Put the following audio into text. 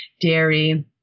dairy